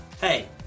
Hey